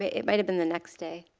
it might happen the next day.